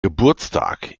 geburtstag